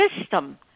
system